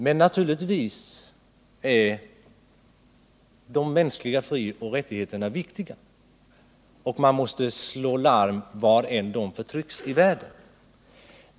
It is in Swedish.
Men naturligtvis är dessa rättigheter viktiga, och man måste slå larm var än i världen dessa förtrycks.